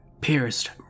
pierced